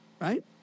right